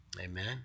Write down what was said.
Amen